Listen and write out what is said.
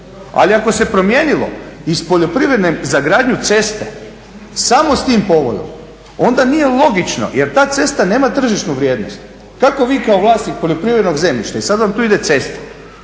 Ali ako se promijenilo iz poljoprivredne za gradnju ceste samo sa tim povodom onda nije logično, jer ta cesta nema tržišnu vrijednost. Kako vi kao vlasnik poljoprivrednog zemljišta i sada vam tu ide cesta